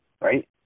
right